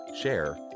share